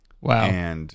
Wow